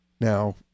Now